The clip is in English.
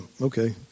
Okay